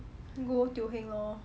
go teo heng lor